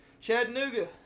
Chattanooga